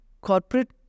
Corporate